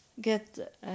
get